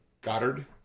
Goddard